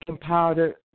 powder